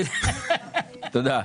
תודה.